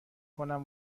کنم